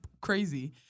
crazy